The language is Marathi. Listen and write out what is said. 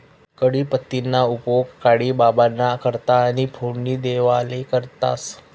कढीपत्ताना उपेग कढी बाबांना करता आणि फोडणी देवाले करतंस